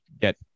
get